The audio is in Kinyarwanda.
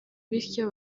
bityo